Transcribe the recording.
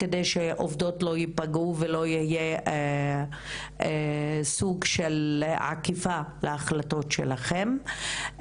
על מנת שעובדות לא ייפגעו ולא יהיה סוג של אי אכיפה להחלטות שלכם.